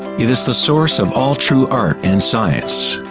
it is the source of all true art and science.